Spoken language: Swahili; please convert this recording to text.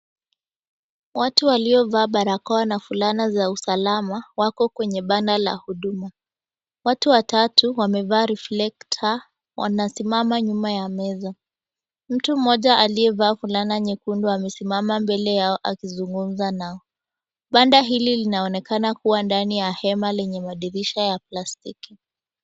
Watu waliovaa barakoa na fulana za usalama, wako kwenye banda la huduma. Watu watatu wamevaa reflekta, wanasimama nyuma ya meza. Mtu mmoja aliyevaa fulana nyekundu amesimama mbele yao akizungumza nao. Banda hili linaonekana kuwa ndani ya hema lenye madirisha ya plastiki.